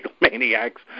maniacs